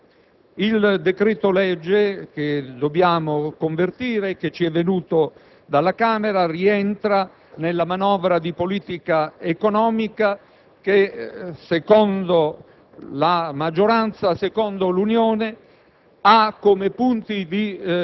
In secondo luogo, il decreto-legge che dobbiamo convertire e che ci è venuto dalla Camera rientra nella manovra di politica economica, che secondo la maggioranza e secondo l'Unione,